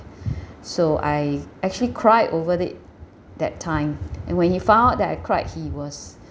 so I actually cried over it that time and when he found that I cried he was